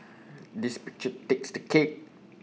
this picture takes the cake